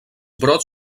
brots